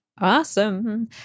Awesome